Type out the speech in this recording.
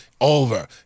over